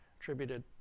attributed